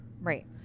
Right